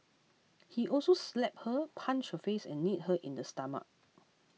he also slapped her punched her face and kneed her in the stomach